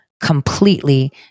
completely